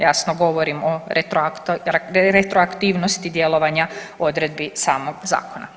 Jasno govorim o retroaktivnosti djelovanja odredbi samog zakona.